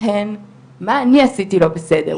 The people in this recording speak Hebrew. הן מה אני עשיתי לא בסדר,